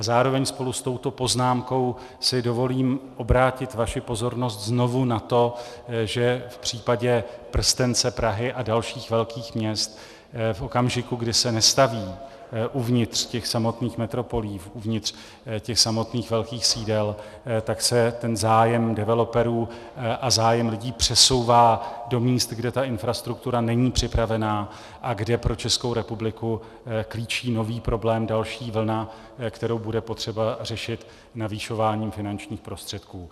Zároveň spolu s touto poznámkou si dovolím obrátit vaši pozornost znovu na to, že v případě prstence Prahy a dalších velkých měst v okamžiku, kdy se nestaví uvnitř těch samotných metropolí, uvnitř těch samotných velkých sídel, tak se ten zájem developerů a zájem lidí přesouvá do míst, kde ta infrastruktura není připravená a kde pro Českou republiku klíčí nový problém, další vlna, kterou bude potřeba řešit navyšováním finančních prostředků.